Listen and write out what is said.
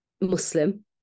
Muslim